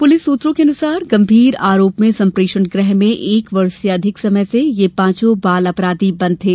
police सूत्रों के अनुसार गम्भीर आरोप में सम्प्रेक्षण गृह में एक वर्ष से अधिक समय से ये पांचों बाल अपराधी बन्द थे